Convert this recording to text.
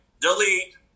delete